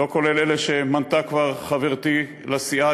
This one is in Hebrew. לא כולל אלה שמנתה כבר חברתי לסיעה,